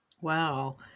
Wow